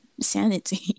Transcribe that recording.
sanity